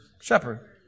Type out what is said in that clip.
shepherd